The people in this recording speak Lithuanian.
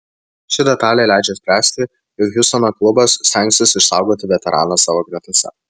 ši detalė leidžia spręsti jog hjustono klubas stengsis išsaugoti veteraną savo gretose